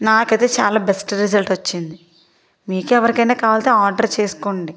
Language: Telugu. నాకైతే చాలా బెస్ట్ రిజల్ట్ వచ్చింది మీకు ఏవరికైనా కావల్సితే ఆర్డర్ చేసుకోండి